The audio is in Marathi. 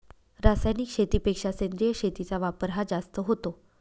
रासायनिक शेतीपेक्षा सेंद्रिय शेतीचा वापर हा जास्त होतो